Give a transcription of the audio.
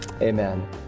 Amen